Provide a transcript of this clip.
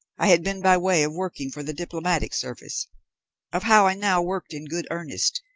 i had been by way of working for the diplomatic service of how i now worked in good earnest,